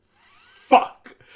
fuck